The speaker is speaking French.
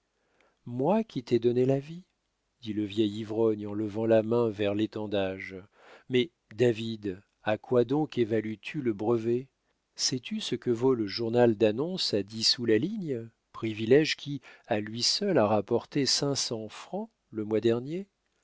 moi qui t'ai donné la vie dit le vieil ivrogne en levant la main vers l'étendage mais david à quoi donc évalues tu le brevet sais-tu ce que vaut le journal d'annonces à dix sous la ligne privilége qui à lui seul a rapporté cinq cents francs le mois dernier